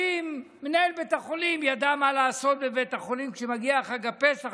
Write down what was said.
ומנהל בית החולים ידע מה לעשות בבית החולים כשמגיע חג הפסח